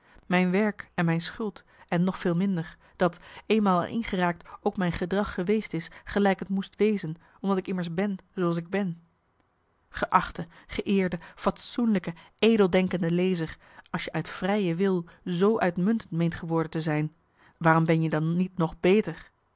mijn werk en mijn schuld en nog veel minder dat eenmaal er in gemarcellus emants een nagelaten bekentenis raakt ook mijn gedrag geweest is gelijk het moest wezen omdat ik immers ben zooals ik ben geachte geëerde fatsoenlijke edeldenkende lezer als je uit vrije wil zoo uitmuntend meent geworden te zijn waarom ben jet dan niet nog beter